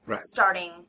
starting